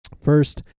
First